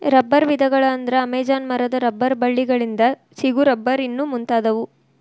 ರಬ್ಬರ ವಿಧಗಳ ಅಂದ್ರ ಅಮೇಜಾನ ಮರದ ರಬ್ಬರ ಬಳ್ಳಿ ಗಳಿಂದ ಸಿಗು ರಬ್ಬರ್ ಇನ್ನು ಮುಂತಾದವು